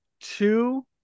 two